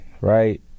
right